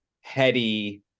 heady